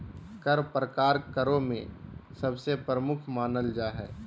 कर प्रकार करों में सबसे प्रमुख मानल जा हय